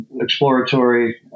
exploratory